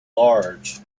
large